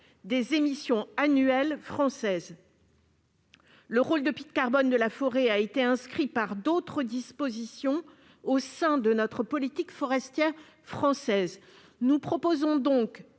des émissions annuelles françaises. Le rôle de puits de carbone de la forêt a été inscrit par d'autres dispositions au sein de notre politique forestière nationale. Nous proposons,